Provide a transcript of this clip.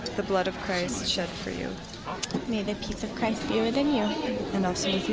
the blood of christ shed for you may the peace of christ be within you and also